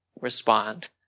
respond